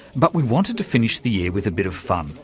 but we wanted to finish the year with a bit of fun,